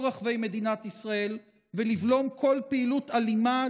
רחבי מדינת ישראל ולבלום כל פעילות אלימה,